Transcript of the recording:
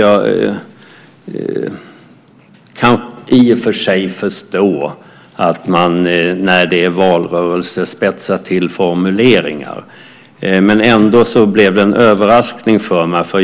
Jag kan i och för sig förstå att man när det är valrörelse spetsar till formuleringar. Ändå blev det en överraskning för mig.